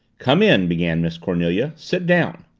come in, began miss cornelia. sit down.